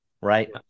Right